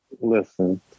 listen